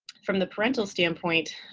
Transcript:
from the parental standpoint,